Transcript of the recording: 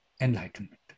enlightenment